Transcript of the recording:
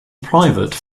private